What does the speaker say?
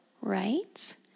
right